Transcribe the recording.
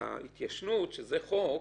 ההתיישנות, שזה חוק,